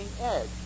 edge